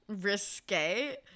Risque